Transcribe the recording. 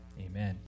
Amen